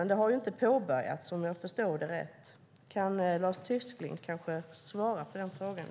Men det har ju inte påbörjats, om jag förstod det rätt. Kan Lars Tysklind kanske svara på den frågan?